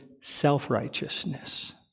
self-righteousness